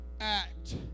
act